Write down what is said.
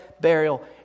burial